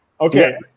Okay